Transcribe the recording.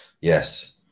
Yes